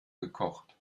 gekocht